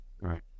Right